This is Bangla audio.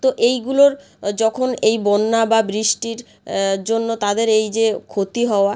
তো এইগুলোর যখন এই বন্যা বা বৃষ্টির জন্য তাদের এই যে ক্ষতি হওয়া